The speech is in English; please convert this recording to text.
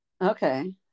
Okay